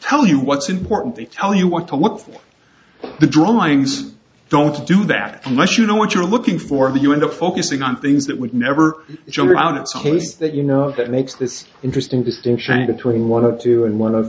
tell you what's important they tell you what to look for the drawings don't do that unless you know what you're looking for but you in the focusing on things that would never jump around it's a case that you know that makes this interesting distinction between one of two and one of